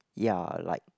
ya like